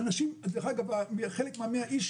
אנשים מגיעים במקום מאוד מאוד מאוחר,